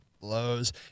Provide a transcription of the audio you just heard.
blows